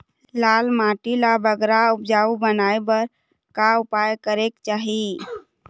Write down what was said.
लाल माटी ला बगरा उपजाऊ बनाए बर का उपाय करेक चाही?